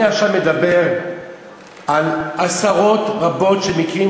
אני עכשיו מדבר על עשרות רבות של מקרים,